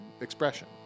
expression